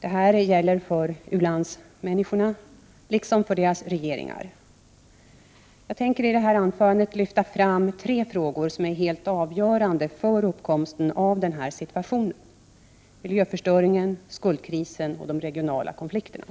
Detta gäller för u-landsmänniskorna liksom för deras regeringar. Jag vill i detta anförande lyfta fram tre frågor som är helt avgörande för uppkomsten av denna situation: miljöförstöringen, skuldkrisen och de regionala konflikterna.